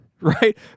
right